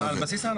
לפחות בדרך כלל.